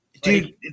dude